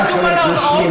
תודה לחבר הכנסת שמולי.